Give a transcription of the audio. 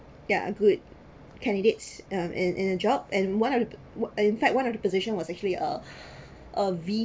yeah a good candidates um in in a job and one of the in fact one of the position was actually uh